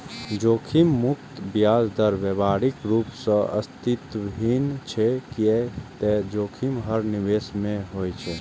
जोखिम मुक्त ब्याज दर व्यावहारिक रूप सं अस्तित्वहीन छै, कियै ते जोखिम हर निवेश मे होइ छै